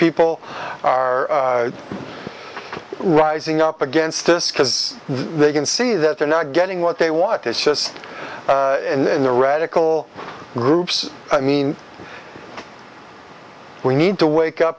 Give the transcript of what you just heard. people are rising up against this because they can see that they're not getting what they want is just in the radical groups i mean we need to wake up